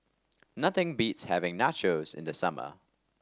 nothing beats having Nachos in the summer